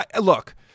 Look